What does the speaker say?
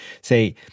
say